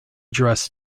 dress